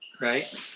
right